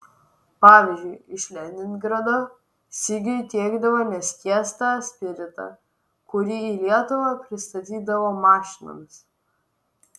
pavyzdžiui iš leningrado sigiui tiekdavo neskiestą spiritą kurį į lietuvą pristatydavo mašinomis